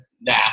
nah